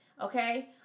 Okay